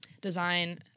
design